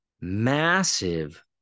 massive